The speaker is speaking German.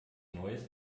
neues